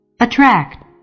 Attract